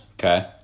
Okay